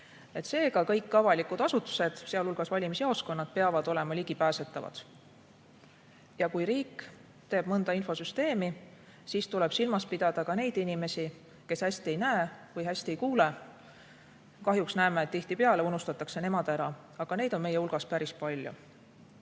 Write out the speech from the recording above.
Seega, kõik avalikud asutused, sealhulgas valimisjaoskonnad, peavad olema ligipääsetavad. Ja kui riik teeb mõnda infosüsteemi, siis tuleb silmas pidada ka neid inimesi, kes hästi ei näe või hästi ei kuule. Kahjuks näeme, et tihtipeale unustatakse nemad ära, aga neid on meie hulgas päris palju.